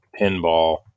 pinball